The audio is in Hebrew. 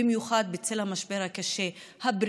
במיוחד בצל המשבר הבריאותי,